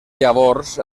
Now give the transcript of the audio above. llavors